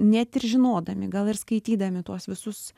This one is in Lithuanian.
net ir žinodami gal ir skaitydami tuos visus